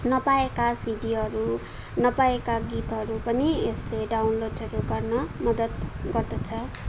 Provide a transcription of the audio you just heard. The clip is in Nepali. नपाएका सिडीहरू नपाएका गीतहरू पनि यसले डाउनलोडहरू गर्न मद्दत गर्दछ